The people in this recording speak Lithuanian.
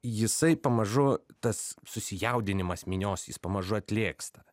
jisai pamažu tas susijaudinimas minios jis pamažu atlėgsta